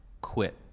quit